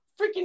freaking